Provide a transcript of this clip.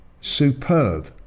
Superb